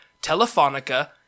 Telefonica